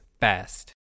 fast